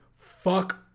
Fuck